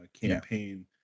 campaign